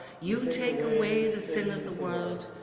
you take away the sin of the world,